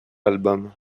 album